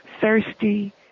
thirsty